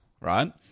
Right